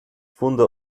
funde